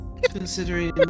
Considering